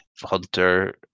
Hunter